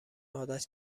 عادت